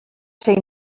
ser